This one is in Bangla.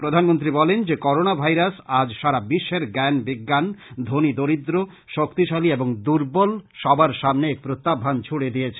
প্রধানমন্ত্রী বলেন যে করোনা ভাইরাস আজ সারা বিশ্বের জ্ঞান বিজ্ঞান ধনী দরিদ্র শক্তিশালী এবং দুর্বল সবার সামনে এক প্রত্যহ্বান ছুড়ে দিয়েছে